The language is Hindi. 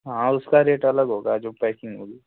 हाँ उसका रेट अलग होगा जो पैकिंग होगी